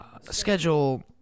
schedule